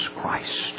Christ